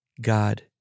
God